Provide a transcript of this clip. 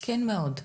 כן, מאוד.